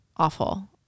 awful